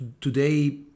today